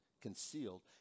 concealed